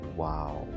wow